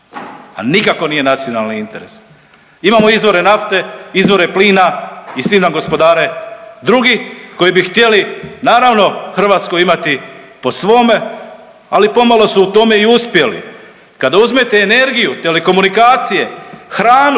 a nikako nije nacionalni interes. Imamo izvore nafte, izvore plina i s tim nam gospodare drugi koji bi htjeli naravno Hrvatsku imati pod svome, ali pomalo su u tome i uspjeli. Kada uzmete energiju, telekomunikacije, hranu